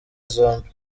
zombi